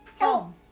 home